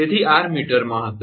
તેથી 𝑟 મીટરમાં હશે